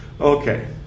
Okay